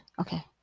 Okay